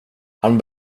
han